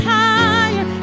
higher